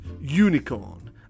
unicorn